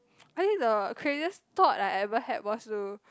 I think the craziest thought I ever had was to